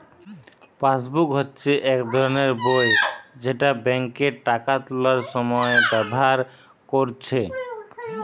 passbook হচ্ছে এক ধরণের বই যেটা বেঙ্কে টাকা তুলার সময় ব্যাভার কোরছে